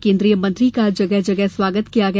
केन्द्रीय मंत्री का जगह जगह स्वागत किया गया